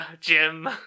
Jim